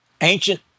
ancient